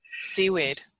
Seaweed